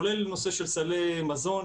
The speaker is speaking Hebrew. כולל נושא של סלי מזון.